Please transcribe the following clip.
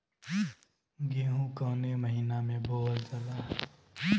गेहूँ कवने महीना में बोवल जाला?